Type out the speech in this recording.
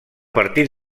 partir